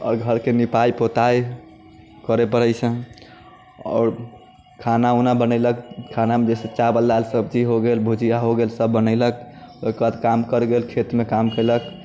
आओर घरके निपाइ पोताइ करैत पड़ैत छनि आओर खाना ओना बनयलक खानामे बेसी चावल दालि सब्जी हो गेल भुजिआ हो गेल सभ बनयलक ओकर बाद काम करै गेल खेतमे काम कयलक